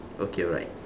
okay alright